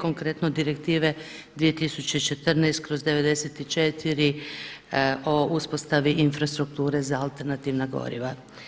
konkretno direktive 2014/94 o uspostavi infrastrukture za alternativna goriva.